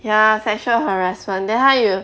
ya sexual harassment then 他又